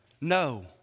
no